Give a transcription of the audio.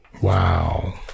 Wow